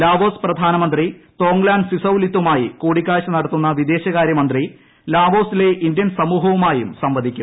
Laos പ്രധാനമന്ത്രി Thongloun സിസൌലിതുമായി കൂടിക്കാഴ്ച നടത്തുന്ന വിദേശകാര്യ മന്ത്രി ലാവോസിലെ ഇന്ത്യൻ സമൂഹവുമായും സംവദിക്കും